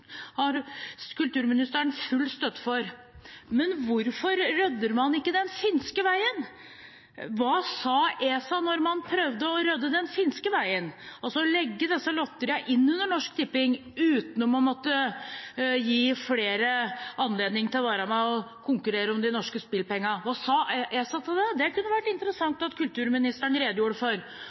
har kulturministeren full støtte til – dreier seg om hvorfor man ikke rydder den finske veien. Hva sa ESA da man prøvde å rydde den finske veien og ville legge disse lotteriene inn under Norsk Tipping uten å måtte gi flere anledning til å være med og konkurrere om de norske spillepengene? Hva sa ESA til det? Det kunne det vært interessant å høre kulturministeren redegjøre for.